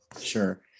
Sure